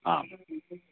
आम्